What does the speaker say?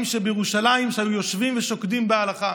שבירושלים שהיו יושבים ושוקדים בהלכה.